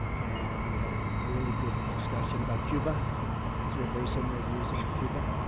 and we had a really good discussion about cuba because we have very similar views on cuba.